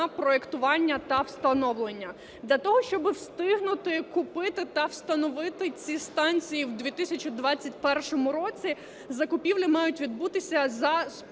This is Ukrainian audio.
проектування та встановлення. Для того, щоб встигнути купити та встановити ці станції у 2021 році, закупівлі мають відбутися за спрощеною